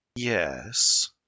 Yes